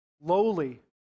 lowly